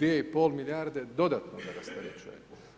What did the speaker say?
2,5 milijarde dodatnoga rasterećenja.